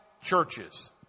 churches